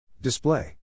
Display